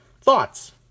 thoughts